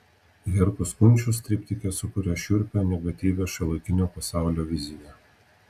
herkus kunčius triptike sukuria šiurpią negatyvią šiuolaikinio pasaulio viziją